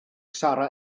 sarra